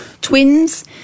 twins